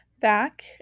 back